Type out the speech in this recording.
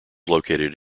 located